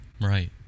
Right